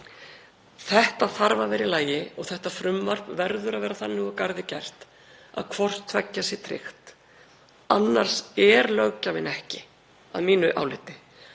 Þetta þarf að vera í lagi og þetta frumvarp verður að vera þannig úr garði gert að hvort tveggja sé tryggt. Annars kemur löggjafinn ekki, að mínu áliti,